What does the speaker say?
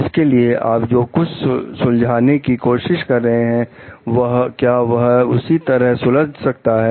इसके लिए आप जो कुछ सुलझाने की कोशिश कर रहे हैं क्या वह उसी तरह सुलझ सकता है